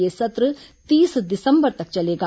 यह सत्र तीस दिसंबर तक चलेगा